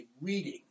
reading